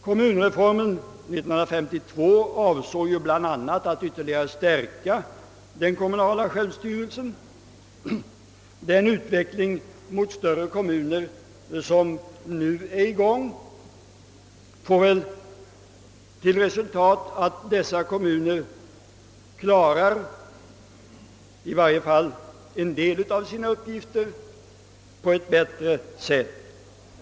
Kommunreformen år 1952 avsåg bl.a. att ytterligare stärka den kommunala självstyrelsen. Den utveckling mot större kommuner som nu är i gång innebär att dessa kommuner bör kunna fullgöra en del av sina uppgifter på ett bättre sätt.